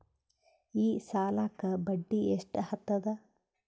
ಈ ಸಾಲಕ್ಕ ಬಡ್ಡಿ ಎಷ್ಟ ಹತ್ತದ?